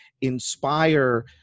inspire